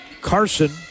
Carson